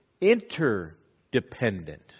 interdependent